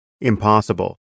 impossible